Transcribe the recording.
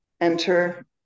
enter